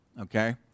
okay